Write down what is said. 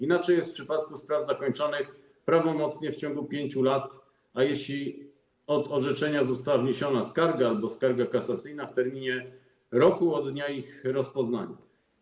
Inaczej jest w przypadku spraw zakończonych prawomocnie w ciągu 5 lat, a jeśli od orzeczenia została wniesiona skarga albo skarga kasacyjna - w terminie roku od dnia ich rozpoznania.